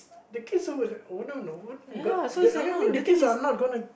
the kids all i mean i mean the kids are not gonna